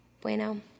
bueno